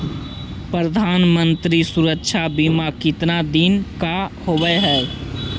प्रधानमंत्री मंत्री सुरक्षा बिमा कितना दिन का होबय है?